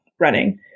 running